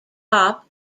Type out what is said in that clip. top